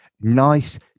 Nice